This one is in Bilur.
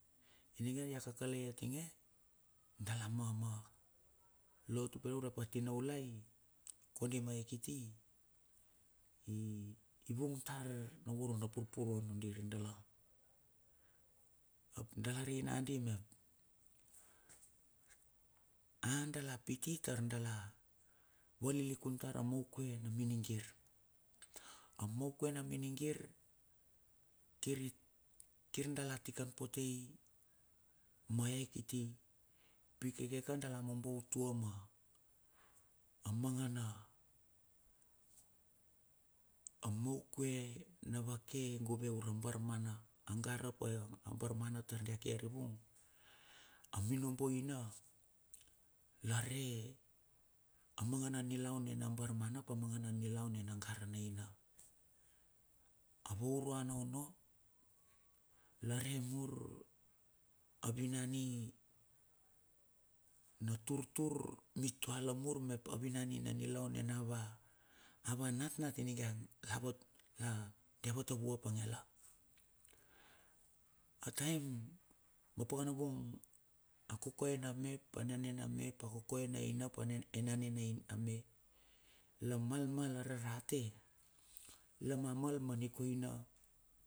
Ininge ya kakale atinge dala ma ma lo tupe urep a tinaulai, kondi ma e kiti i vung tar na voro na purpuruan ondir dala, ap dala rei nandi mep, a dala piti tar dala valilikun tar a mouku e na minigir? A maukuana na minigir kir i kir dala tikan pote i ma e kiti. Pi kekeka dala mobo utua ma, a mangana, a maukue na vake gove ura bar mana. A garap ae a barmana tour dia ke arivung. A minobo ina lare amangana nilaun ne na bar mana pa a mangana nilaun ne na gara ne ina. A vouruana onno, la re mur a winan i na turtur mitua lamur mep avina ni na nilaun ne na va, na va natnat inigiang la vat na dia vat ta vua pange ia la. A taem ma pakana bung a kokoe na mep, a nea nea nea mep, a kokoe na inap ane enane nei a me la malmal a rarate. La mamal ma nikoina.